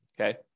Okay